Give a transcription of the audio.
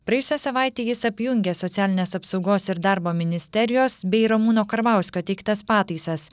praėjusią savaitę jis apjungė socialinės apsaugos ir darbo ministerijos bei ramūno karbauskio teiktas pataisas